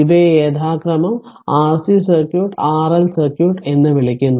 ഇവയെ യഥാക്രമം RC circuit RL circuit എന്ന് വിളിക്കുന്നു